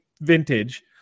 vintage